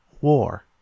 war